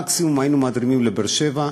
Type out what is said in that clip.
מקסימום היינו מעבירים לבאר-שבע.